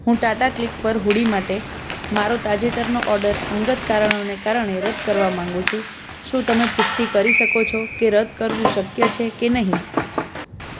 હું ટાટા ક્લિક પર હૂડી માટે મારો તાજેતરનો ઓડર અંગત કારણોને કારણે રદ કરવા માગું છું શું તમે પુષ્ટિ કરી શકો છો કે રદ કરવું શક્ય છે કે નહીં